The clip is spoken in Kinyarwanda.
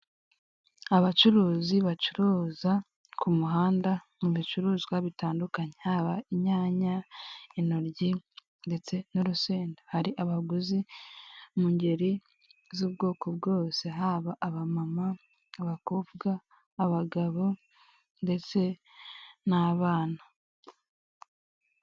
Abacuruzi bacuruza ku muhanda ibicuruzwa bitandukanye haba inyanya, intoryi ndetse n'urusenda. Hari abaguzi mu ngeri z'ubwoko bwose haba abamama, abakowa, abagabo ndetse n'abana.